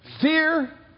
Fear